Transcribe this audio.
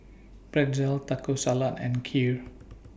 Pretzel Taco Salad and Kheer